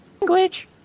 Language